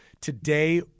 Today